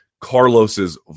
Carlos's